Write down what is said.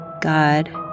God